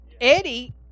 Eddie